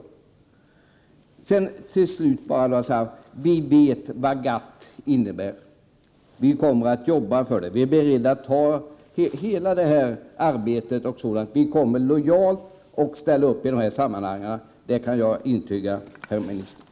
Till slut: Vi vet vad GATT innebär. Vi kommer att arbeta för det. Vi kommer att lojalt ställa upp i olika sammanhang, det kan jag intyga, jordbruksministern.